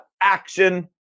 action